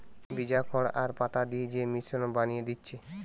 ভিজা খড় আর পাতা দিয়ে যে মিশ্রণ বানিয়ে দিচ্ছে